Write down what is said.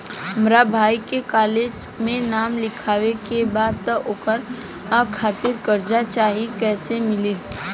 हमरा भाई के कॉलेज मे नाम लिखावे के बा त ओकरा खातिर कर्जा चाही कैसे मिली?